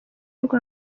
rwa